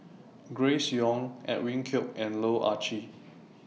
Grace Young Edwin Koek and Loh Ah Chee